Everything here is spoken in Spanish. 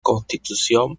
constitución